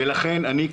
ולכן אני,